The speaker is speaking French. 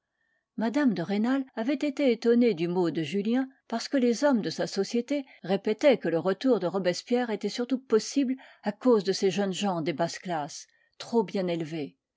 mme de rênal avait été étonnée du mot de julien parce que les hommes de sa société répétaient que le retour de robespierre était surtout possible à cause de ces jeunes gens des basses classes trop bien élevés